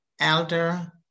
elder